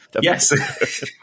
Yes